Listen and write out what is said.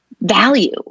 value